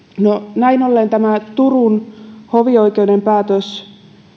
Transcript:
näin ollen tämä turun hovioikeuden päätös